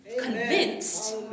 convinced